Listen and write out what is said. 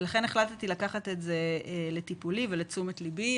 לכן החלטתי לקחת את זה לטיפולי ולתשומת ליבי.